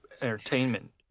entertainment